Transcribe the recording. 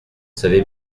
savez